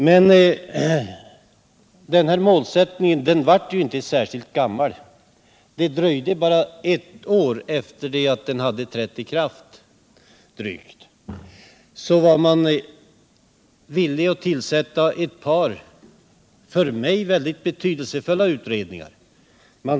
Men den här målsättningen blev ju inte särskilt gammal. Drygt ett år efter det att den trätt i kraft var man villig att tillsätta ett par för - Nr 54 mig mycket betydelsefulla utredningar.